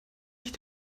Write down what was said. ich